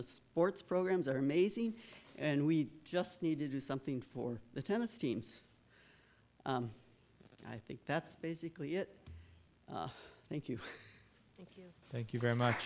the sports programs are amazing and we just need to do something for the tennis teams and i think that's basically it thank you thank you very much